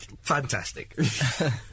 Fantastic